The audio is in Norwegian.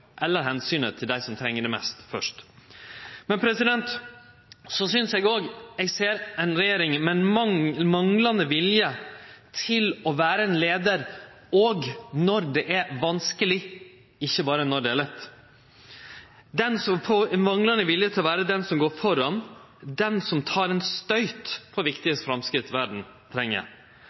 synest også eg ser ei regjering med manglande vilje til å vere leiar også når det er vanskeleg, ikkje berre når det er lett – manglande vilje til å vere den som går føre, den som tek ein støyt for viktige framsteg verda treng.